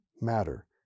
matter